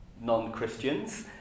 non-Christians